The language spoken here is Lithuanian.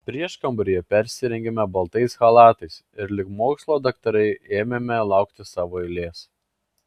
prieškambaryje persirengėme baltais chalatais ir lyg mokslo daktarai ėmėme laukti savo eilės